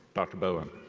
dr. bowen.